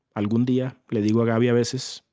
algun dia, le digo a gaby a veces,